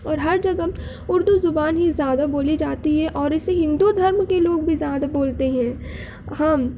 اور ہر جگہ اردو زبان ہی زیادہ بولی جاتی ہے اور اسے ہندو دھرم کے لوگ بھی زیادہ بولتے ہیں ہاں